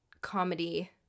comedy